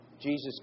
Jesus